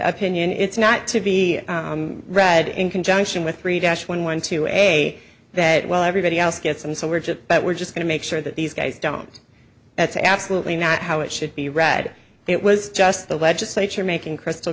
opinion it's not to be read in conjunction with three dash one one two a that well everybody else gets and so we're just we're just going to make sure that these guys don't that's absolutely not how it should be read it was just the legislature making crystal